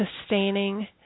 sustaining